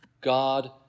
God